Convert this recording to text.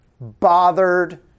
bothered